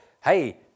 hey